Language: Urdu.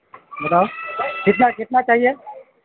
بتاؤ کتنا کتنا چاہیے